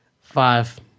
Five